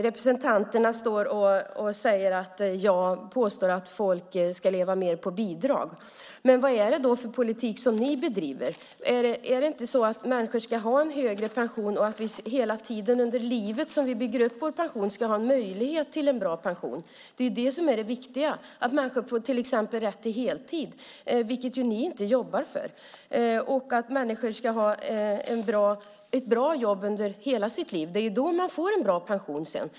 Representanterna säger att jag påstår att folk ska leva mer på bidrag. Men vilken politik bedriver ni? Ska inte människor ha en högre pension? Vi bygger upp vår pension under livet. Ska vi då inte ha möjlighet att få en bra pension? Det viktiga är att människor till exempel får rätt till heltid, vilket ni inte jobbar för. Människor ska ha ett bra jobb under hela sitt liv. Det är då man får en bra pension sedan.